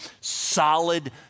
solid